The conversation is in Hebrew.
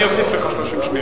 אני אוסיף לך 30 שניות.